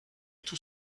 tout